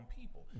people